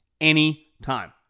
anytime